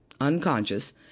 unconscious